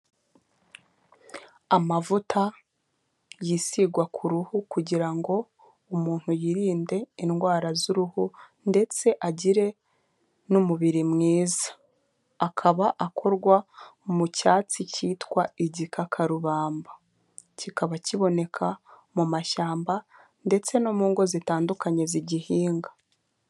Amavuta yisigwa ku ruhu, kugira ngo umuntu yirinde indwara z'uruhu ndetse agire n'umubiri mwiza, akaba akorwa mu cyatsi cyitwa igikakarubamba, kikaba kiboneka mu mashyamba ndetse no mu ngo zitandukanye zigihinga.